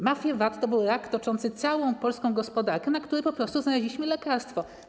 Mafie VAT to był rak toczący całą polską gospodarkę, na który po prostu znaleźliśmy lekarstwo.